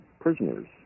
prisoners